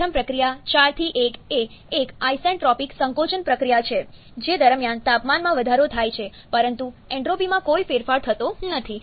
પ્રથમ પ્રક્રિયા 4 થી 1 એ એક આઇસેન્ટ્રોપિક સંકોચન પ્રક્રિયા છે જે દરમિયાન તાપમાનમાં વધારો થાય છે પરંતુ એન્ટ્રોપીમાં કોઈ ફેરફાર થતો નથી